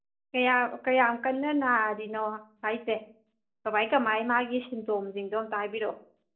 ꯀꯌꯥꯝ ꯀꯟꯅ ꯅꯥꯔꯤꯕꯅꯣ ꯍꯥꯏꯔꯤꯁꯦ ꯕꯕꯥꯒꯤ ꯀꯔꯃꯥꯏꯅ ꯃꯥꯒꯤ ꯁꯤꯝꯇꯣꯝꯁꯤꯡꯗꯣ ꯑꯃꯨꯛꯇ ꯍꯥꯏꯕꯤꯔꯛꯑꯣ